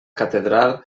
catedral